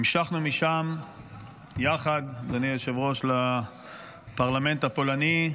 המשכנו משם יחד, אדוני היושב-ראש, לפרלמנט הפולני,